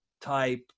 type